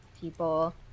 people